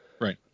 Right